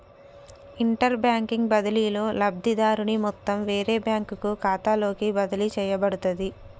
interbank బదిలీలో, లబ్ధిదారుని మొత్తం వేరే బ్యాంకు ఖాతాలోకి బదిలీ చేయబడుతది